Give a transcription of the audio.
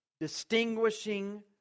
distinguishing